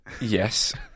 Yes